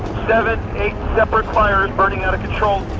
seven, eight separate fires burning out of control.